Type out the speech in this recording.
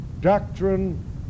doctrine